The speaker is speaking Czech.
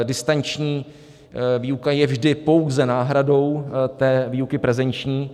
Distanční výuka je vždy pouze náhradou výuky prezenční.